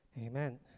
Amen